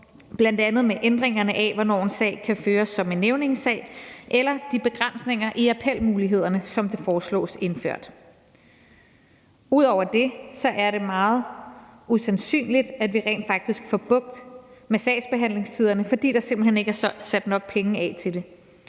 bl.a. med ændringerne af, hvornår en sag kan føres som en nævningesag, eller de begrænsninger i appelmulighederne, som foreslås indført. Ud over det er det meget usandsynligt, at vi rent faktisk får bugt med sagsbehandlingstiderne, fordi der simpelt hen ikke er sat nok penge af til det.